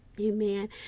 Amen